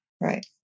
Right